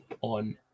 On